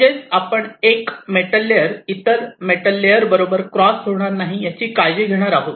म्हणजेच आपण एक मेटल लेयर इतर मेटल लेयर बरोबर क्रॉस होणार नाही याची काळजी घेणार आहोत